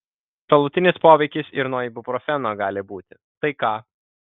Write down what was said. šalutinis poveikis ir nuo ibuprofeno gali būti tai ką